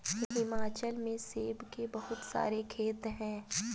हिमाचल में सेब के बहुत सारे खेत हैं